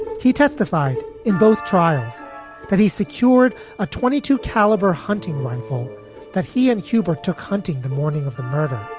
he testified in both trials that he secured a twenty two caliber hunting rifle that he and cuba took hunting the morning of the murder.